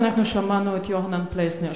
אנחנו שמענו את יוחנן פלסנר,